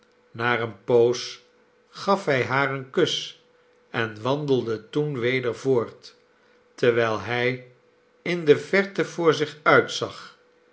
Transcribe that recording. na eene poos gaf hij haar een kus en wandelde toen weder voort terwijl hij in de verte voor zich uitzag